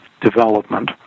development